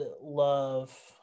love